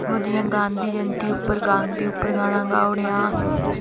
होर जि'यां गांधी जंयती उप्पर गांदे उप्पर गाना गाई ओड़ेआ